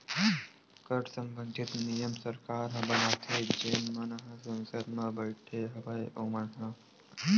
कर संबंधित नियम सरकार ह बनाथे जेन मन ह संसद म बइठे हवय ओमन ह